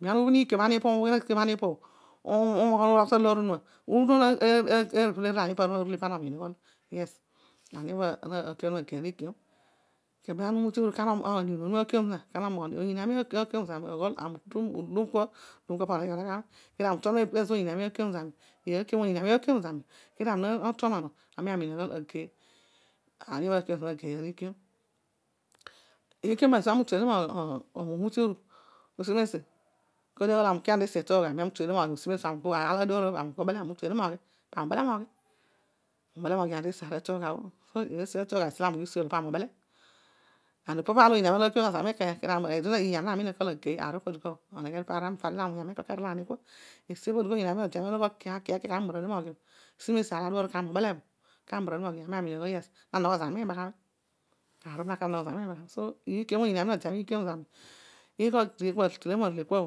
Amem ana ubhin iikiom ani opobho ubugh talõõr onuma useghe urughom, pana ologhom ọghol ani opọbho naakiom ghani migeiy ũkiom. Amem ana umute uru koniin onuma akiom zina kana omoghonio. oniin ami aakiom zami aghol ami utu udum kua poneghe onogho ami kedio ami utuonom ezobhõ oniin ami adeghe anogho zami õ, kedio ezo̱bho oniin ami aakiom zami ọ kaami natũonom õ pami umiin ughõl ageiy aniobhõ ooki liiki. Awm aami umute ura. kinesi olo asi. podiaghol ami uki ani tesi ituugha bhõ, ami utuemu moghi paami ubele pami ubele moghi tesi ituugha bho. esi ituugh bho esiõlõ ani ughi usi õolo pami ubele. and opo aar olo oniin ami and adeaakiom gha zami mikenya. siibha aami namiin akol ii aar obho aneghedio paar obho ami uvadio la awuny ami keru kerol aaki kua. esi bho oniin no de ani irol ighol kua kia kia kia. kaami uvadio moghi õbhõ kaami ubele bhɔ̃. asi mesi ami na miin akol yes. nanogho zami miibaghami. so iikiom bho oniin node ami iikiom zami õ ighol kele kua